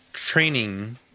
training